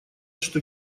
что